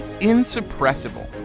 insuppressible